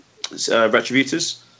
Retributors